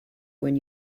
when